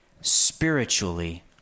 Spiritually